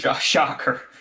shocker